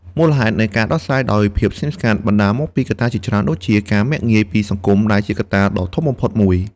មូលហេតុនៃការដោះស្រាយដោយភាពស្ងៀមស្ងាត់បណ្តាលមកកត្តាជាច្រើនដូចជា ការមាក់ងាយពីសង្គមដែលជាកត្តាដ៏ធំបំផុតមួយ។